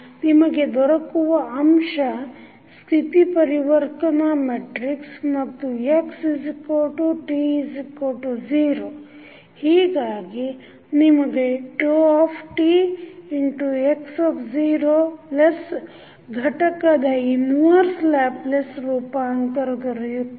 ನಿಮಗೆ ದೊರಕುವ ಅಂಶ ಸ್ಥಿತಿ ಪರಿವರ್ತನಾ ಮೆಟ್ರಿಕ್ಸ್ ಮತ್ತು x t0 ಹೀಗಾಗಿ ನಿಮಗೆ tx0 ಘಟಕದ ಇನ್ವರ್ಸ ಲ್ಯಾಪ್ಲೇಸ್ ರೂಪಾಂತರ ದೊರೆಯುತ್ತದೆ